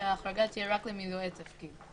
שההחרגה תהיה רק למילוי התפקיד,